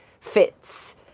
fits